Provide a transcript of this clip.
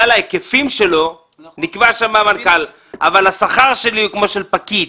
ההיקפים שלו נקבע שם מנכ"ל אבל השכר שלי הוא כמו של פקיד.